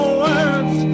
words